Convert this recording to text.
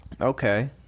Okay